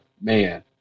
man